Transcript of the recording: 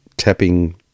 tapping